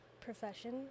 profession